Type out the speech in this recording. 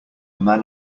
man